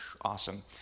awesome